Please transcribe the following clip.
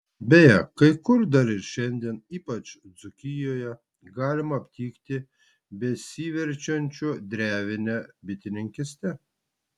beje kai kur dar ir šiandien ypač dzūkijoje galima aptikti besiverčiančių drevine bitininkyste